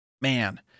Man